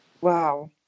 Wow